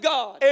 God